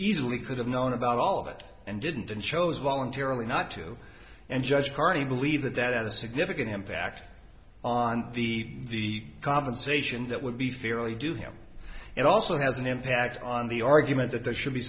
easily could have known about all of it and didn't and chose voluntarily not to and judge hardy believe that that has a significant impact on the compensation that would be fairly due him and also has an impact on the argument that there should be